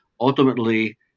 Ultimately